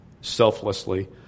selflessly